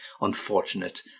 unfortunate